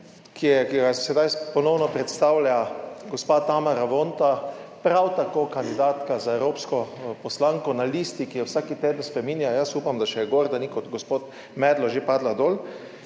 ga sedaj ponovno predstavlja gospa Tamara Vonta, prav tako kandidatka za evropsko poslanko na listi, ki jo vsak teden spreminja. Jaz upam, da je še gor, da ni kot gospod Meglo že padla dol